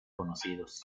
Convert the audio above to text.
conocidos